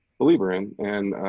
believer in, and.